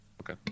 Okay